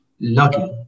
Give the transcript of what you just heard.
lucky